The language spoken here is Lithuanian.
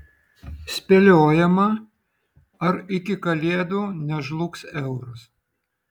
spėliojama ar iki kalėdų nežlugs euras